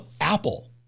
Apple